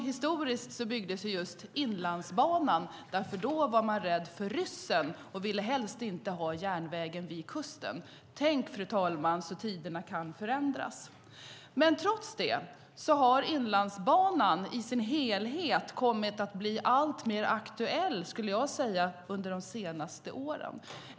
Historiskt byggdes Inlandsbanan just där den är därför att man då var rädd för ryssen och helst inte ville ha järnvägen vid kusten. Tänk, fru talman, så tiderna kan förändras! Trots det skulle jag säga att Inlandsbanan i sin helhet har kommit att bli alltmer aktuell under de senaste åren.